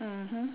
mmhmm